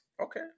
Okay